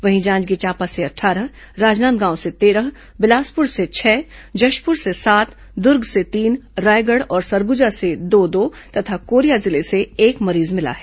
वहीं जांजगीर चांपा से अट्ठारह राजनांदगांव से तेरह बिलासपुर से छह जशपुर से सात दुर्ग से तीन रायगढ़ और सरगुजा से दो दो तथा कोरिया जिले से एक मरीज मिला है